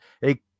Hey